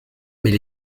mais